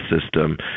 system